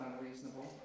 unreasonable